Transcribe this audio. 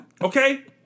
Okay